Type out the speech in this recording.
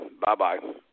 Bye-bye